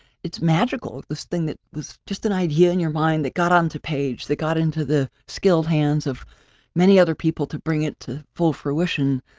it's magical, this thing that was just an idea in your mind that got onto page, that got into the skilled hands of many other people to bring it to full fruition.